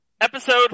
Episode